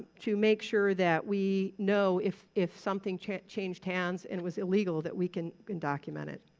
to make sure that we know if if something changed changed hands and was illegal that we can been document it.